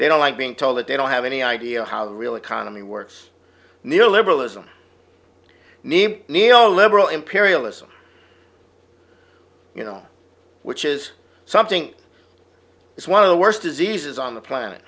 they don't like being told that they don't have any idea how the real economy works near liberalism name neo liberal imperialism you know which is something it's one of the worst diseases on the planet